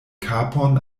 kapon